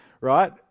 right